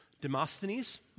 Demosthenes